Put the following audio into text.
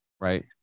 Right